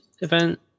event